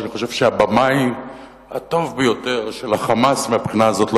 שאני חושב שהבמאי הטוב ביותר של ה"חמאס" מהבחינה הזאת לא